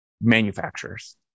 manufacturers